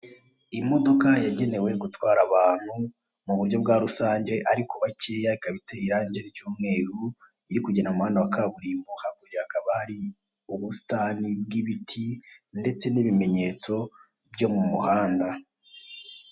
Imodoka yagenewe gutwara abantu mu buryo bwa rusanga ariko bakeya ikaba iteye irange ry'umweru, iri kugenda mu muhanda wa kaburimbo hakurya hakaba hari ubusitani bw'ibiti ndetse n'ibimenyetso byo mu muhanda.